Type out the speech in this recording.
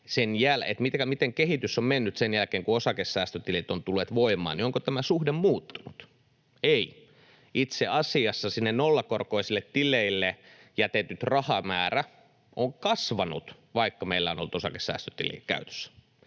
miten kehitys on mennyt sen jälkeen, kun osakesäästötilit ovat tulleet voimaan, niin onko tämä suhde muuttunut? Ei ole. Itse asiassa sinne nollakorkoisille tileille jätetty rahamäärä on kasvanut, vaikka meillä on ollut osakesäästötili käytössä.